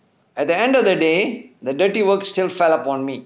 at the end of the day the dirty work still fell upon me